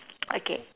okay